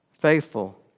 Faithful